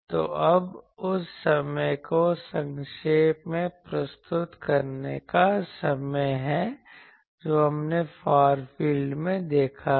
तो अब उस समय को संक्षेप में प्रस्तुत करने का समय है जो हमने फार फील्ड में देखा है